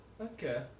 Okay